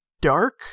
dark